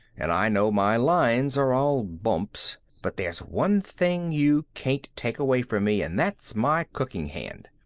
and i know my lines are all bumps, but there's one thing you can't take away from me, and that's my cooking hand.